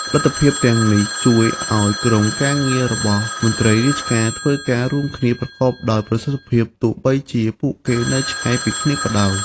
លទ្ធភាពទាំងអស់នេះជួយឲ្យក្រុមការងាររបស់មន្ត្រីរាជការធ្វើការរួមគ្នាប្រកបដោយប្រសិទ្ធភាព ទោះបីជាពួកគេនៅឆ្ងាយពីគ្នាក៏ដោយ។